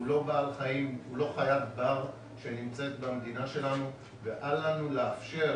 הוא לא חיית בר שנמצאת במדינה שלנו ואל לנו לאפשר